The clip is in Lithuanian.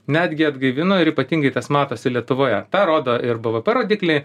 netgi atgaivino ir ypatingai tas matosi lietuvoje tą rodo ir bvp rodikliai